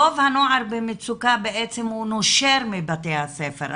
רוב הנוער במצוקה, בעצם הוא נושר מבתי הספר.